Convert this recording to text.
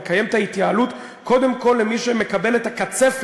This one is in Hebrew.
לקיים את ההתייעלות קודם כול אצל מי שמקבל את הקצפת,